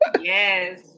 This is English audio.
Yes